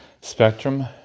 spectrum